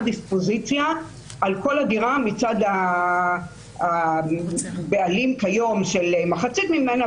דיספוזיציה על כל הדירה מצד הבעלים כיום של מחצית ממנה,